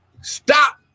stop